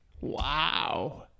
Wow